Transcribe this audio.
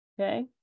Okay